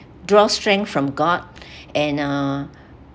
draw strength from god and err